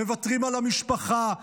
מוותרים על המשפחה,